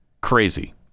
Crazy